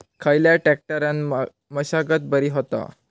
खयल्या ट्रॅक्टरान मशागत बरी होता?